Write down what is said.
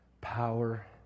Power